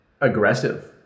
aggressive